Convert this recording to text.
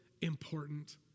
important